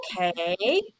Okay